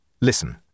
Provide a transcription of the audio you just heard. Listen